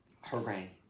Hooray